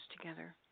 together